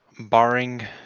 barring